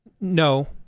No